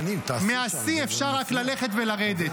מהשיא אפשר רק ללכת ולרדת.